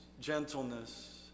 gentleness